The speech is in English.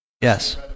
Yes